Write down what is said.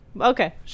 okay